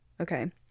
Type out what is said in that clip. okay